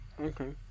okay